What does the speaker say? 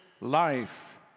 life